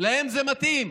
להם זה מתאים.